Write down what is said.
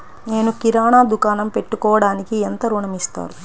నేను కిరాణా దుకాణం పెట్టుకోడానికి ఎంత ఋణం ఇస్తారు?